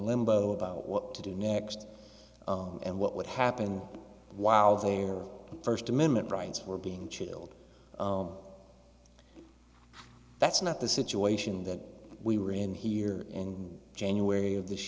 limbo about what to do next and what would happen while they are first amendment rights were being chilled that's not the situation that we were in here in january of this